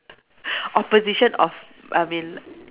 opposition of I mean